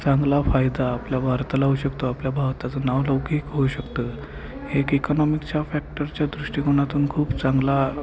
चांगला फायदा आपल्या भारताला होऊ शकतो आपल्या भारताचं नावलौकिक होऊ शकतं हे एक इकनॉमिकच्या फॅक्टरच्या दृष्टिकोनातून खूप चांगला